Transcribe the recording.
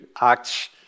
Acts